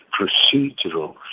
procedural